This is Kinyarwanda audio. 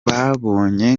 babonye